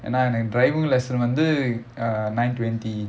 என்ன எனக்கு:enna enakku driving lesson வந்து:vanthu uh nine twenty